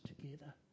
together